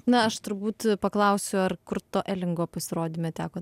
na aš turbūt paklausiu ar kurto elingo pasirodyme teko